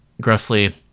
gruffly